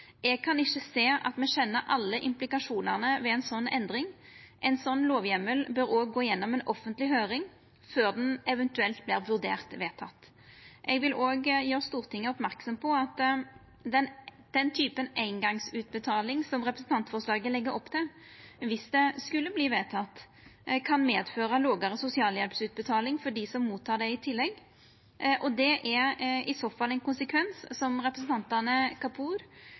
Eg kan ikkje sjå at me kjenner alle implikasjonane ved ei sånn endring. Ein sånn lovheimel bør òg gå gjennom ei offentleg høyring før han eventuelt vert vurdert vedteken. Eg vil òg gjera Stortinget merksam på at den typen eingongsutbetaling som representantforslaget legg opp til, kan, viss det skulle verta vedteke, medføra lågare sosialhjelpsutbetaling for dei som får det i tillegg. Det er i så fall ein konsekvens som representantane